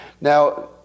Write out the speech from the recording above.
Now